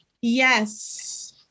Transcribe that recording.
Yes